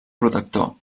protector